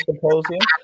Symposium